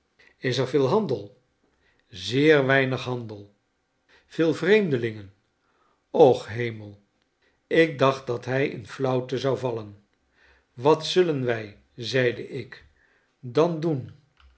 is er veel handel zeer weinig handel veel vreemdelingen och hemel ik dacht dat hij in flauwte zou vallen wat zullen wij zeide ik dan doen